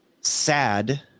sad